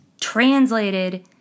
translated